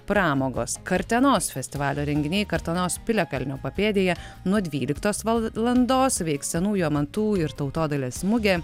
pramogos kartenos festivalio renginiai kartenos piliakalnio papėdėje nuo dvyliktos valandos veiks senųjų amatų ir tautodailės mugė